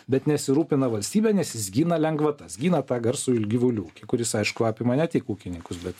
bet nesirūpina valstybe nes jis gina lengvatas gina tą garsųjį gyvulių ūkį kuris aišku apima ne tik ūkininkus bet